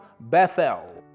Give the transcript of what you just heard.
Bethel